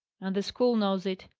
and the school knows it.